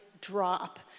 drop